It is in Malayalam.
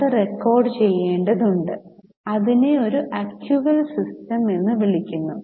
അത് റെക്കോർഡുചെയ്യേണ്ടതുണ്ട് ഇതിനെ ഒരു ആക്യുവൽ സിസ്റ്റം എന്നും വിളിക്കുന്നു